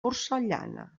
porcellana